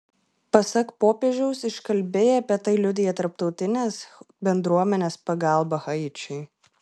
pasak popiežiaus iškalbiai apie tai liudija tarptautinės bendruomenės pagalba haičiui